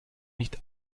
nicht